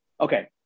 Okay